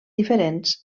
diferents